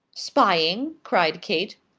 spying? cried kate.